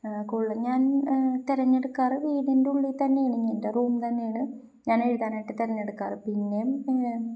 കൂടുതലും ഞാൻ തെരഞ്ഞെടുക്കാറ് വീടിൻ്റെ ഉള്ളില്ത്തന്നെയാണ് എൻ്റെ റൂം തന്നെയാണ് ഞാൻ എഴുതാനായിട്ട് തെരഞ്ഞെടുക്കാറ് പിന്നെയും